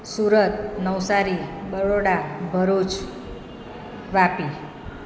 Surat Navsari Baroda Bharuch Vapi